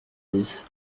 dix